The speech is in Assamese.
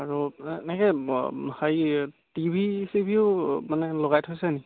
আৰু এনেকে হেৰি টিভি চিভিও মানে লগাই থৈছেনি